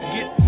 Get